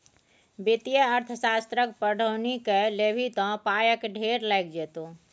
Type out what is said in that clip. वित्तीय अर्थशास्त्रक पढ़ौनी कए लेभी त पायक ढेर लागि जेतौ